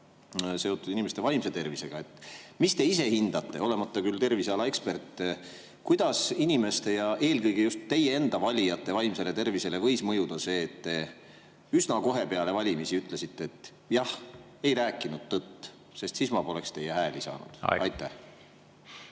seotud ka inimeste vaimse tervisega. Kuidas te ise hindate, olemata küll terviseala ekspert, kuidas inimeste ja eelkõige just teie enda valijate vaimsele tervisele võis mõjuda see, et te üsna kohe peale valimisi ütlesite, et jah, me ei rääkinud tõtt, sest siis ma poleks teie hääli saanud? Aeg!